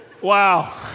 Wow